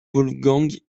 wolfgang